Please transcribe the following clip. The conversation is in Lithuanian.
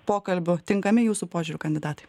pokalbių tinkami jūsų požiūriu kandidatai